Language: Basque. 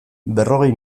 berrogei